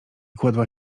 kładła